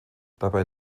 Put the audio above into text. dabei